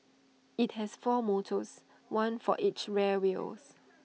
IT has four motors one for each rear wheels